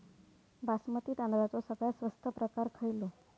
बासमती तांदळाचो सगळ्यात स्वस्त प्रकार खयलो?